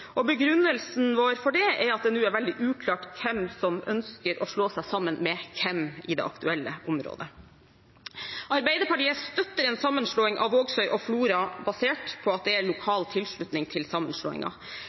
Roan. Begrunnelsen vår for det er at det nå er veldig uklart hvem som ønsker å slå seg sammen med hvem, i det aktuelle området. Arbeiderpartiet støtter en sammenslåing av Vågsøy og Flora, basert på at det er